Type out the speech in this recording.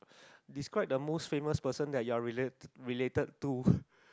describe the most famous person that you are related related to